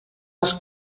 els